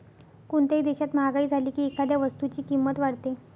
कोणत्याही देशात महागाई झाली की एखाद्या वस्तूची किंमत वाढते